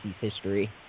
history